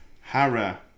Hara